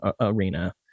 arena